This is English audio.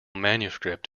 manuscript